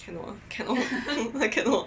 cannot cannot I cannot